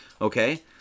okay